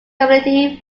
committee